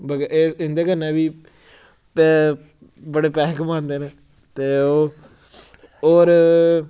bug एह् इं'दे कन्नै बी प बड़े पैहे कमांदे न ते ओह् होर